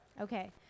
Okay